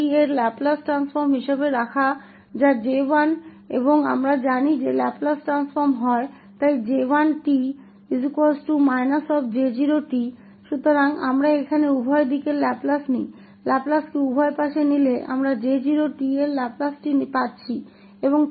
तो इसे J0𝑡 के लाप्लास ट्रांसफॉर्म के रूप में रखते हुए जो कि 11s2 है और हम जानते हैं कि लाप्लास ट्रांसफॉर्मित होता है इसलिए हम जानते हैं कि J1𝑡 −J0𝑡 तो हम यहाँ दोनों तरफ लाप्लास लेते हैं लाप्लास को दोनों तरफ ले जाने पर हमें यह J0'𝑡 का लैपलेस प्राप्त होता है